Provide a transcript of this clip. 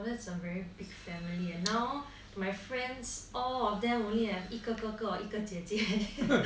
!wow! that's a very big family now my friends all of them only have 一个哥哥 or 一个姐姐